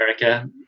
America